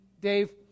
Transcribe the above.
Dave